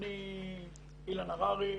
אילן הררי,